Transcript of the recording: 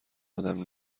آدم